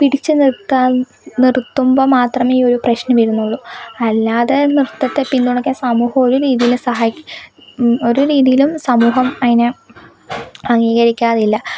പിടിച്ച് നിര്ത്താന് നിര്ത്തുമ്പം മാത്രമേ ഈയൊരു പ്രശ്നംവരുന്നുള്ളൂ അല്ലാതെ നൃത്തത്തെ പിന്തുണയ്ക്കാന് സമൂഹം ഒരു രീതിയിലും സഹായിക് ഒരു രീതിയിലും സമൂഹം അതിനെ അംഗീകരിക്കാറില്ല